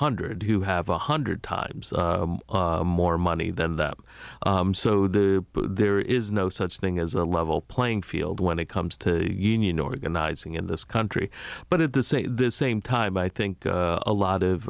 hundred who have one hundred times more money than that so the there is no such thing as a level playing field when it comes to union organizing in this country but at the same this same time i think a lot of